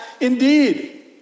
indeed